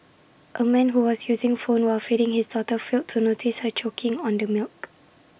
A man who was using phone while feeding his daughter failed to notice her choking on the milk